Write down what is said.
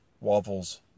Waffles